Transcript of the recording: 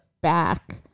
back